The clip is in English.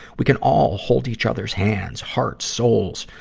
we can all hold each other's hands, hearts, souls,